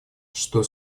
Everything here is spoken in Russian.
что